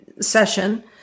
session